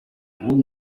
would